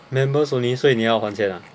members only 所以你要还钱 ah